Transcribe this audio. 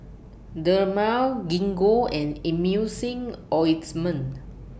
Dermale Gingko and Emulsying Ointment